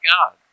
God